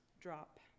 drop